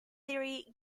theory